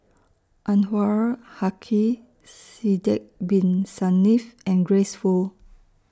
Anwarul Haque Sidek Bin Saniff and Grace Fu